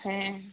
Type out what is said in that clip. ᱦᱮᱸ